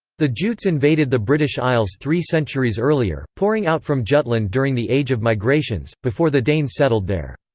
the jutes invaded the british isles three centuries earlier, pouring out from jutland during the age of migrations, before the danes settled there.